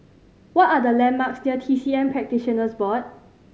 what are the landmarks near T C M Practitioners Board